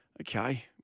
Okay